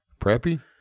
preppy